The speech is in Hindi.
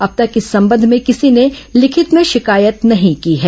अब तक इस संबंध में किसी ने लिखित में शिकायत नहीं की है